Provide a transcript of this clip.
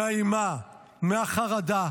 מהאימה, מהחרדה,